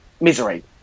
misery